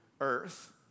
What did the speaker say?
earth